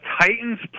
Titans